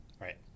Right